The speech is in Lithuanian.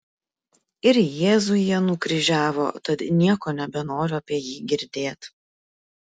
ir jėzų jie nukryžiavo tad nieko nebenoriu apie jį girdėt